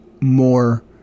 more